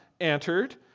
entered